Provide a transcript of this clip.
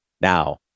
now